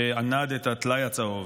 שענד את הטלאי הצהוב.